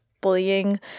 bullying